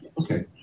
okay